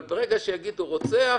אבל ברגע שיגידו "רוצח"